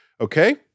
okay